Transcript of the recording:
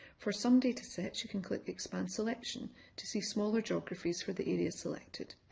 for some date sets you can click expand selection to see smaller geographies for the areas selected.